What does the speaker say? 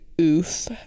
oof